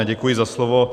Děkuji za slovo.